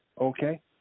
okay